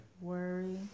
Worry